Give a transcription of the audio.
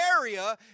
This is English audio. area